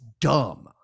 dumb